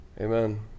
Amen